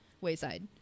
wayside